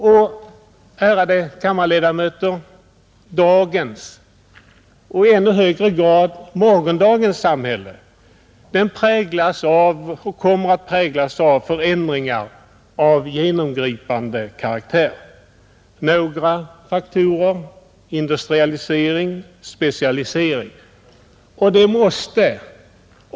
Och, ärade kammarledamöter, dagens och i ännu högre grad morgondagens samhälle präglas och kommer att präglas av förändringar av genomgripande karaktär, varvid några faktorer är industrialisering och specialisering.